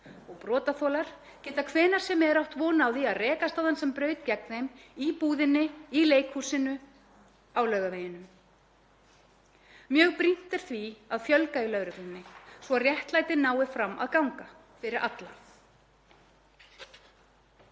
Brotaþolar geta hvenær sem er átt von á því að rekast á þann sem braut gegn þeim; í búðinni, í leikhúsinu, á Laugaveginum. Mjög brýnt er því að fjölga í lögreglunni svo að réttlætið nái fram að ganga fyrir alla.